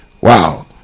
Wow